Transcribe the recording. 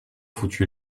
foutu